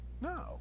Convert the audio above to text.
No